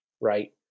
Right